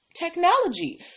technology